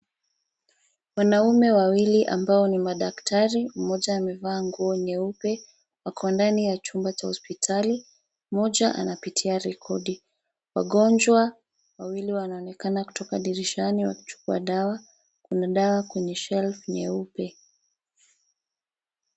Wanaume wawili ambao ni madaktari, mmoja amevaa nguo nyeupe. Wako ndani ya chumba cha hospitali. Mmoja anapitia rekodi. Wagonjwa wawili wanaonekana kutoka dirishani wakichukua dawa. Kuna dawa kwenye shelf nyeupe.